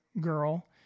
girl